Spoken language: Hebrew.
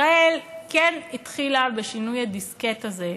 ישראל כן התחילה בשינוי הדיסקט הזה,